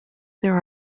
there